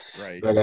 Right